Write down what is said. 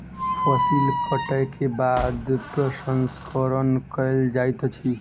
फसिल कटै के बाद प्रसंस्करण कयल जाइत अछि